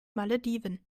malediven